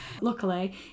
Luckily